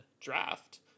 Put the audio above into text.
draft